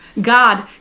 God